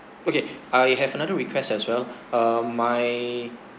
okay I have another request as well um my